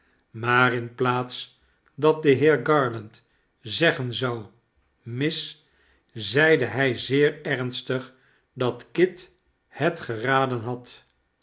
maar in plaats dat de heer garland zeggen zou mis zeide hij zeer ernstig dat kit het geraden had